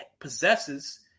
possesses